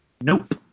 Nope